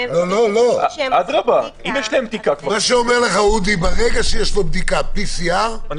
אודי אומר: ברגע שיש בדיקת PCR,